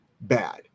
bad